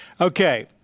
Okay